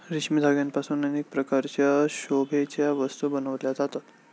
रेशमी धाग्यांपासून अनेक प्रकारच्या शोभेच्या वस्तू बनविल्या जातात